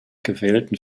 gewählten